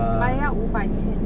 but 要五百千